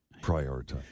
prioritize